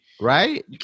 Right